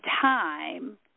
time